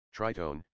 Tritone